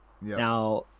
Now